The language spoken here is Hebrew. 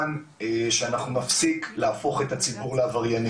מבקש שיחיל עליי את התנאים הללו.